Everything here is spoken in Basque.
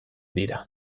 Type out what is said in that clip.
dira